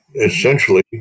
essentially